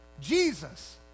Jesus